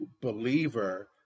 believer